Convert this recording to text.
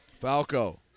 Falco